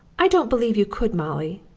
i don't believe you could, molly,